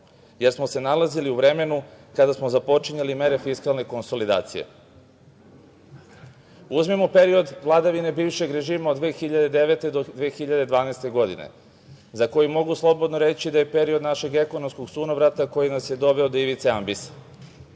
jer smo se nalazili u vremenu kada smo započinjali mere fiskalne konsolidacije. Uzmimo period vladavine bivšeg režima od 2009. do 2012. godine za koji mogu slobodno reći da je period našeg ekonomskog sunovrata koji nas je doveo do ivice ambisa.